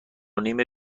نیم